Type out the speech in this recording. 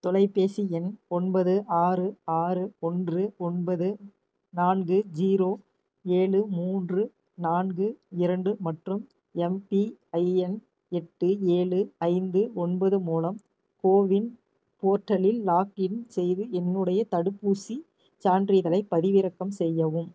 தொலைபேசி எண் ஒன்பது ஆறு ஆறு ஒன்று ஒன்பது நான்கு ஜீரோ ஏழு மூன்று நான்கு இரண்டு மற்றும் எம்பிஐஎன் எட்டு ஏழு ஐந்து ஒன்பது மூலம் கோவின் போர்ட்டலில் லாக்இன் செய்து என்னுடைய தடுப்பூசிச் சான்றிதழைப் பதிவிறக்கம் செய்யவும்